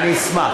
אני אשמח.